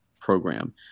program